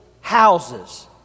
houses